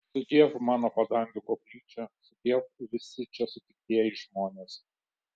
sudiev mano padangių koplyčia sudiev visi čia sutiktieji žmonės